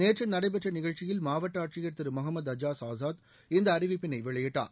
நேற்று நடைபெற்ற நிகழ்ச்சியில் மாவட்ட ஆட்சியர் திரு மொகமது அஜாஸ் ஆசாத் இந்த அறிவிப்பினை வெளியிட்டார்